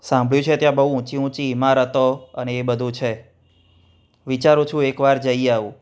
સાંભળ્યું છે ત્યાં બહુ ઊંચી ઊંચી ઈમારતો અને એ બધું છે વિચારું છું એકવાર જઈ આવું